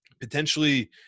Potentially